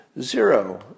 Zero